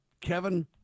Kevin